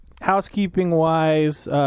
housekeeping-wise